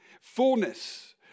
Fullness